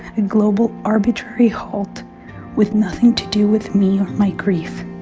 a global arbitrary halt with nothing to do with me or my grief.